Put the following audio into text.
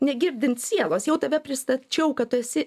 negirdint sielos jau tave pristačiau kad tu esi